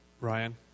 Ryan